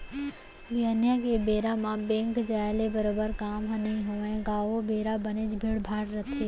बिहनिया के बेरा म बेंक जाय ले बरोबर काम ह नइ होवय गा ओ बेरा बनेच भीड़ भाड़ रथे